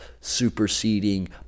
superseding